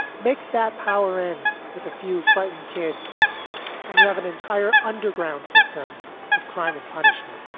makes that power in with a few frightened kids. and you have an entire underground system of crime and punishment